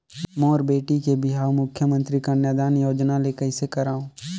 मोर बेटी के बिहाव मुख्यमंतरी कन्यादान योजना ले कइसे करव?